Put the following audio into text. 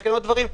תיקנו דברים,